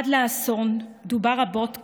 עד לאסון, דובר רבות כאן,